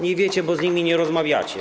Nie wiecie, bo z nimi nie rozmawiacie.